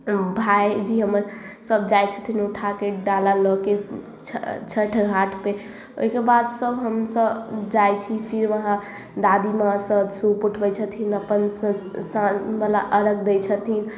भाइजी हमर सब जाइ छथिन उठाके डाला लऽके छ छठि घाट पे ओहिके बाद सब हमसब जाइ छी फिर वहाँ दादी माँ सब सूप उठबै छथिन अपन सँझु साँझ बला अर्घ दै छथिन